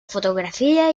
fotografía